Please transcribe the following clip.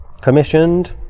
commissioned